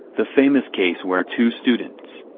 the famous case where two students.